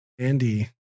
Andy